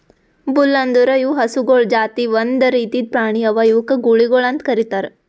bull ಅಂದುರ್ ಇವು ಹಸುಗೊಳ್ ಜಾತಿ ಒಂದ್ ರೀತಿದ್ ಪ್ರಾಣಿ ಅವಾ ಇವುಕ್ ಗೂಳಿಗೊಳ್ ಅಂತ್ ಕರಿತಾರ್